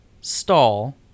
stall